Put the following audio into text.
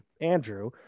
Andrew